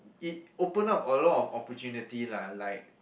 it open up a lot of opportunity lah like